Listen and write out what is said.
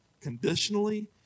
conditionally